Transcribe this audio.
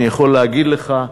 אני יכול להגיד לך,